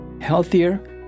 healthier